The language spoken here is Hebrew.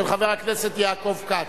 של חבר הכנסת יעקב כץ.